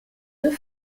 deux